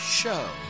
show